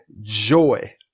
joy